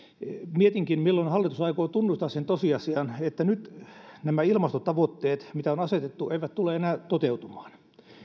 mietinkin milloin hallitus aikoo tunnustaa sen tosiasian että nyt nämä ilmastotavoitteet mitä on asetettu eivät tule enää toteutumaan